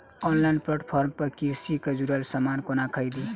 Online platform पर कृषि सँ जुड़ल समान कोना खरीदी?